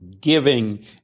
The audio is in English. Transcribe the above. Giving